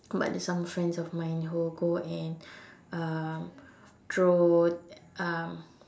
but there's some of friends of mine who go and um throw um